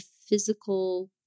physical